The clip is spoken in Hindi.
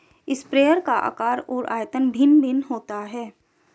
स्प्रेयर का आकार और आयतन भिन्न भिन्न होता है